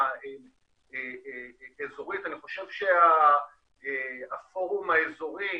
אני חשב שהפורום האזורי,